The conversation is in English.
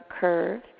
curve